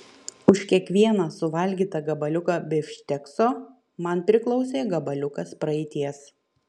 už kiekvieną suvalgytą gabaliuką bifštekso man priklausė gabaliukas praeities